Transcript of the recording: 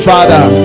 Father